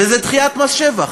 וזה דחיית מס שבח.